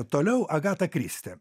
toliau agata kristi